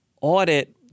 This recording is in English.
audit